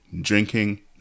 drinking